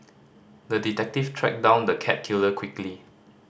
the detective tracked down the cat killer quickly